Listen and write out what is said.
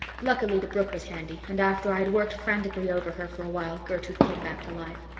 luckily the brook was handy, and after i had worked frantically over her for a while gertrude came back to life.